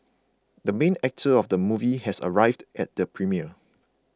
the main actor of the movie has arrived at the premiere